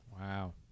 Wow